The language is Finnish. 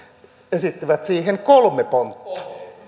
esittivät siihen kolme pontta